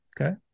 okay